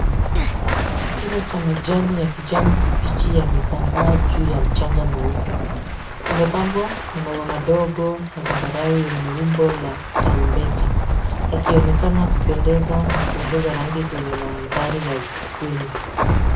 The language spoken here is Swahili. Kina cha majani ya kijani kibichi yamesambaa juu ya mchanga mweupe. Yamepambwa na maua madogo ya zambarau, yenye umbo la tarumbeta. Yakionekana kupendeza na kuongeza rangi kwenye mandhari ya ufukweni.